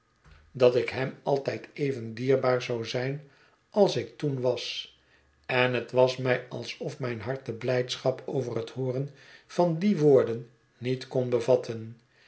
dat ik het verlaten huis hem altijd even dierbaar zou zijn als ik toen was en het was mij alsof mijn hart de blijdschap over het hooren van die woorden niet kon bevatten